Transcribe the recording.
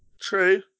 True